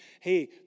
hey